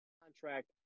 contract